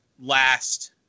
last